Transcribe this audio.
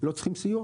לא צריכים סיוע.